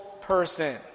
person